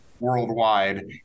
worldwide